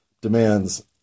demands